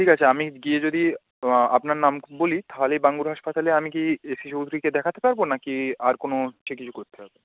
ঠিক আছে আমি গিয়ে যদি আপনার নাম বলি তাহলেই বাঙ্গুর হাসপাতালে আমি কি এস সি চৌধুরীকে দেখাতে পারব না কি আর কোনো হচ্ছে কিছু করতে হবে